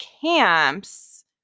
camps